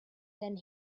then